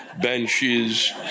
benches